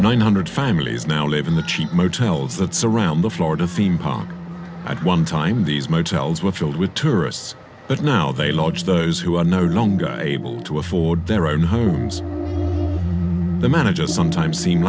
nine hundred families now live in the cheap motels that surround the florida theme park and one time these motels were filled with tourists but now they launch those who are no longer able to afford their own homes the managers sometimes seem